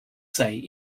say